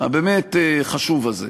הבאמת-חשוב הזה,